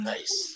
Nice